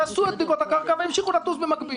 עשו את בדיקות הקרקע והמשיכו לטוס במקביל.